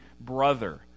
brother